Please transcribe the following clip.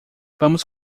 vamos